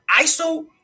ISO